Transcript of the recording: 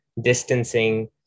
distancing